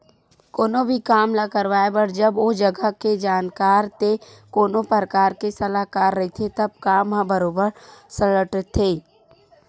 कोनो भी काम ल करवाए बर जब ओ जघा के जानकार ते कोनो परकार के सलाहकार रहिथे तब काम ह बरोबर सलटथे